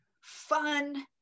fun